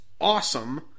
awesome